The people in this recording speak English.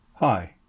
Hi